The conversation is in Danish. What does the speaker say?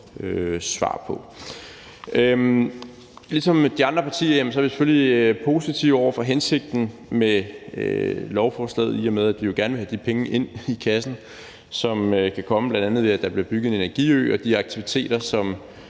svar på. Ligesom de andre partier er vi selvfølgelig positive over for hensigten med lovforslaget, i og med at vi jo gerne vil have de penge ind i kassen, som bl.a. kan komme, ved at der bliver bygget en energiø og de aktiviteter, som